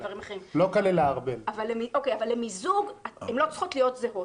אבל למיזוג הן לא צריכות להיות זהות,